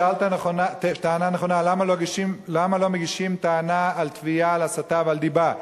שאלת שאלה נכונה: למה לא מגישים תביעה על דיבה והסתה?